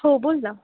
हो बोल ना